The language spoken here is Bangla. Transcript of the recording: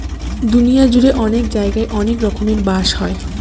দুনিয়া জুড়ে অনেক জায়গায় অনেক রকমের বাঁশ হয়